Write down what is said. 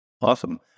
Awesome